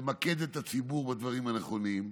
למקד את הציבור בדברים הנכונים,